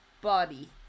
body